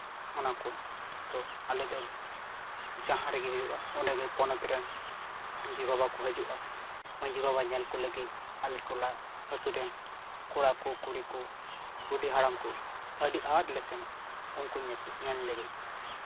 ᱚᱱᱟ ᱠᱚ ᱛᱚ ᱟᱞᱮ ᱫᱚ ᱡᱟᱦᱟᱸ ᱨᱮᱜᱮ ᱦᱩᱭᱩᱜᱼᱟ ᱚᱸᱰᱮᱜᱮ ᱯᱚᱱᱚᱛ ᱨᱮᱱ ᱢᱟᱺᱡᱷᱤ ᱵᱟᱵᱟ ᱠᱚ ᱦᱤᱡᱩᱜᱼᱟ ᱢᱟᱺᱡᱷᱤ ᱵᱟᱵᱟ ᱧᱮᱞ ᱠᱚ ᱞᱟᱹᱜᱤᱫ ᱟᱞᱮ ᱴᱚᱞᱟ ᱟᱛᱳ ᱨᱮᱱ ᱠᱚᱲᱟ ᱠᱚ ᱠᱩᱲᱤ ᱠᱚ ᱵᱩᱰᱷᱤ ᱦᱟᱲᱟᱢ ᱠᱚ ᱟᱹᱰᱤ ᱟᱸᱴ ᱞᱮ ᱥᱮᱱᱚᱜᱼᱟ ᱩᱱᱠᱩ ᱧᱮᱞ ᱞᱟᱹᱜᱤᱫ